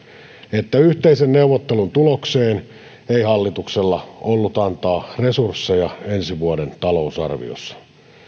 että yhteisen neuvottelun tulokseen ei hallituksella ollut antaa resursseja ensi vuoden talousarviossa